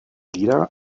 lieder